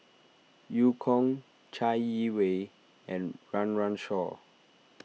Eu Kong Chai Yee Wei and Run Run Shaw